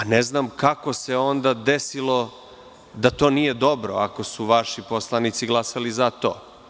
Ne znam kako se onda desilo da to nije dobro, ako su vaši poslanici glasali za to.